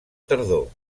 tardor